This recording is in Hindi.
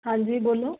हाँ जी बोलो